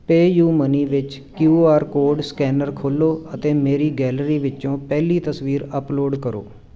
PayU money ਵਿੱਚ Q R code scanner ਖੋਲ੍ਹੋ ਅਤੇ ਮੇਰੀ ਗੈਲਰੀ ਵਿੱਚੋਂ ਪਹਿਲੀ ਤਸਵੀਰ ਅੱਪਲੋਡ ਕਰੋ